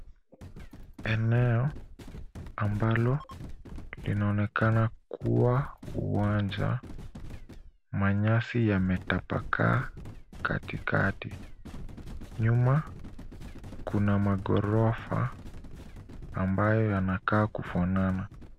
Eneo, ambalo linaonekana kuwa uwanja, manyasi yametapakaa katikati. Nyuma kuna maghorofa ambayo yanakaa kufanana.